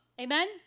Amen